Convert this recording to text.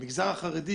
במגזר החרדי